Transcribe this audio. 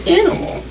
animal